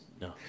No